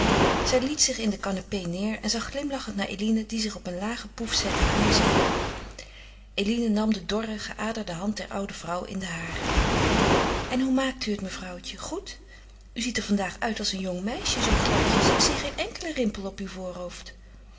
zij liet zich in de canapé neêr en zag glimlachend naar eline die zich op een lage pouffe zette aan haar zij eline nam de dorre geaderde hand der oude vrouw in de hare en hoe maakt u het mevrouwtje goed u ziet er vandaag uit als een jong meisje zoo gladjes ik zie geen enkelen rimpel op uw voorhoofd